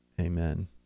Amen